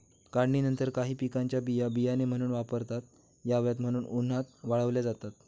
काढणीनंतर काही पिकांच्या बिया बियाणे म्हणून वापरता याव्यात म्हणून उन्हात वाळवल्या जातात